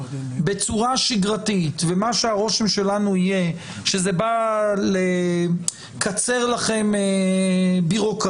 בצורה שגרתית ומה שהרושם שלנו יהיה שזה בא לקצר לכם בירוקרטיה,